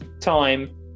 time